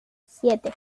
siete